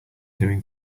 doing